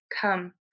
Come